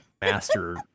master